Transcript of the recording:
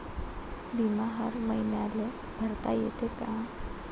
बिमा हर मईन्याले भरता येते का?